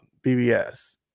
BBS